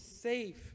safe